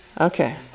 Okay